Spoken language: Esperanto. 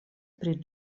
pri